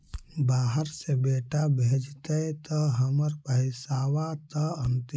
बाहर से बेटा भेजतय त हमर पैसाबा त अंतिम?